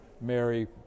Mary